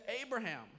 Abraham